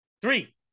Three